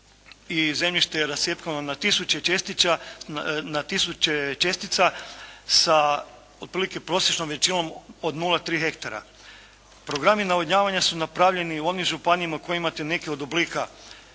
i zemljište je rascjepkano na tisuće čestica sa otprilike prosječnom veličinom od 0,3 hektara. Programi navodnjavanja su napravljeni u onim županijama u kojima imate neke od oblika